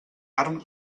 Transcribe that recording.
carn